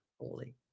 holy